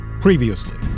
previously